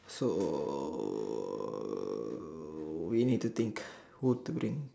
so we need to think who to bring